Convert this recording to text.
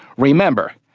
remember,